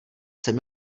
jsem